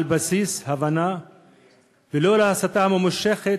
על בסיס הבנה ו"לא" להסתה ממושכת,